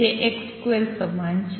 જે x2 સમાન છે